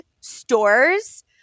stores